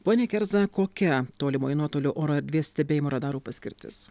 pone kerza kokia tolimojo nuotolio oro erdvės stebėjimo radarų paskirtis